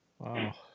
Wow